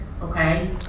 okay